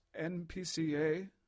NPCA